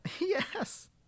Yes